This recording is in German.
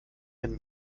wenn